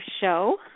show